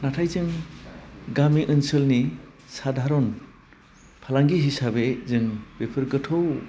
नाथाय जों गामि ओनसोलनि सादारन फालांगि हिसाबै जों बेफोर गोथौ